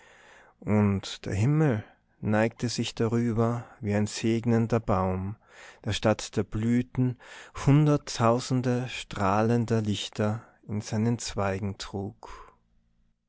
und der himmel neigte sich darüber wie ein segnender baum der statt der blüten hunderttausende strahlender lichter in seinen zweigen trug